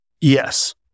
Yes